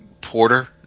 Porter